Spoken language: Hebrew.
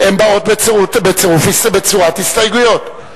הן באות בצורת הסתייגויות.